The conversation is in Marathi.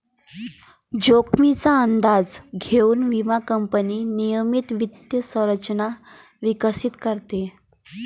जोखमीचा अंदाज घेऊन विमा कंपनी नियमित वित्त संरचना विकसित करते